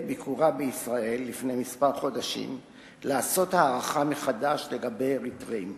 ביקורה בישראל לפני כמה חודשים לעשות הערכה מחדש לגבי אריתריאים,